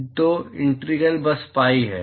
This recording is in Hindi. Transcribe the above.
तो इंटीग्रल बस पाई है